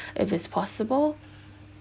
if it's possible